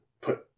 put